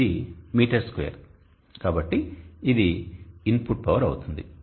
ఇది metre square కాబట్టి ఇది ఇన్పుట్ పవర్ అవుతుంది